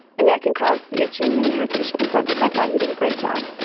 and that can cause itching and irritation, but i thought you did a great job.